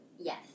Yes